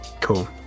Cool